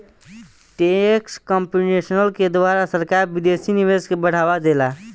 tax competition के द्वारा सरकार विदेशी निवेश के बढ़ावा देता